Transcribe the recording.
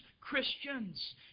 Christians